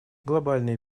глобальные